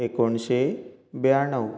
एकोणशे ब्याण्णव